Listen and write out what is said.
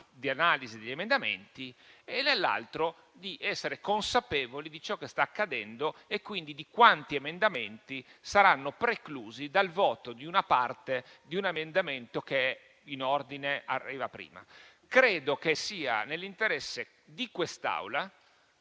di analisi degli emendamenti e dall'altro di essere consapevoli di ciò che sta accadendo e di quanti emendamenti saranno preclusi dal voto di una parte di un emendamento che in ordine arriva prima. Credo che sia nell'interesse di quest'Aula,